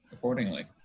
Accordingly